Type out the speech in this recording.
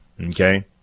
okay